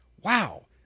Wow